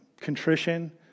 contrition